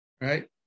Right